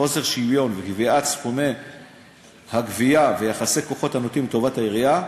חוסר שוויון וקביעת סכומי הגבייה ויחסי כוחות הנוטים לטובת העירייה.